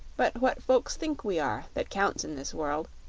but what folks think we are, that counts in this world.